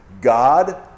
God